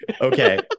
Okay